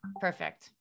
Perfect